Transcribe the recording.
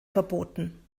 verboten